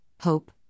hope